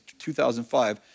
2005